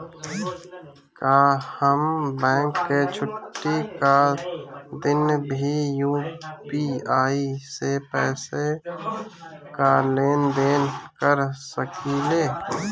का हम बैंक के छुट्टी का दिन भी यू.पी.आई से पैसे का लेनदेन कर सकीले?